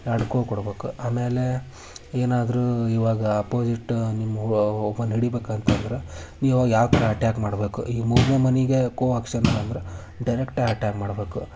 ಎರಡು ಖೋ ಕೊಡ್ಬೇಕು ಆಮೇಲೆ ಏನಾದರೂ ಇವಾಗ ಅಪೋಸಿಟ್ ನಿಮ್ಮ ಒಬ್ಬನ್ನ ಹಿಡಿಬೇಕಂತಂದ್ರೆ ನೀವವಾಗ ಯಾವ ಥರ ಅಟ್ಯಾಕ್ ಮಾಡ್ಬೇಕು ಈ ಮೂರನೇ ಮನೆಗೆ ಖೋ ಆಕ್ಷನ್ ಬಂದ್ರೆ ಡೈರೆಕ್ಟೇ ಅಟ್ಯಾಕ್ ಮಾಡಬೇಕು